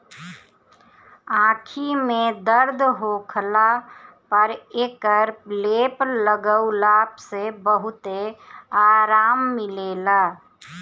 आंखी में दर्द होखला पर एकर लेप लगवला से बहुते आराम मिलेला